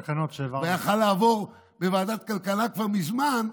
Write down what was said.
זה יכול היה לעבור בוועדת הכלכלה כבר מזמן,